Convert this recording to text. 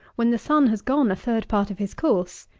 when the sun has gone a third part of his course.